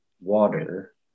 water